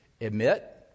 Admit